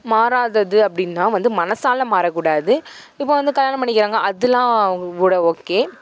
மாறாதது அப்படின்னா வந்து மனதால மாறக்கூடாது இப்போ வந்து கல்யாணம் பண்ணிக்கிறாங்க அதெலாம் அவங்க கூட ஓகே